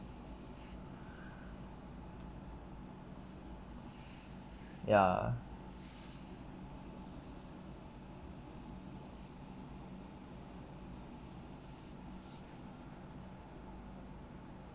ya